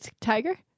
Tiger